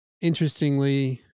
interestingly